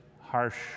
harsh